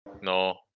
No